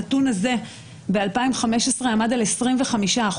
הנתון הזה ב-2015 עמד על 25%,